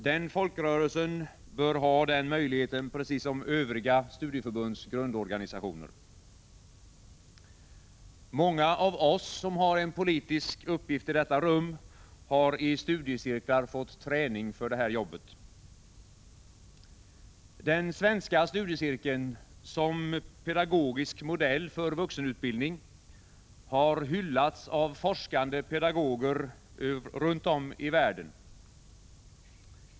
Den folkrörelsen bör ha den möjligheten precis som Övriga studieförbunds grundorganisationer. Många av oss som har en politisk uppgift i detta rum har i studiecirklar fått träning för det här jobbet. Den svenska studiecirkeln — som pedagogisk modell för vuxenutbildningen — har hyllats av forskande pedagoger runt om i världen.